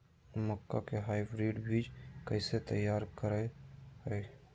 मक्का के हाइब्रिड बीज कैसे तैयार करय हैय?